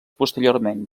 posteriorment